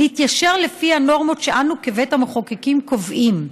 להתיישר לפי הנורמות שאנו כבית המחוקקים קובעים.